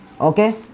Okay